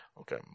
Okay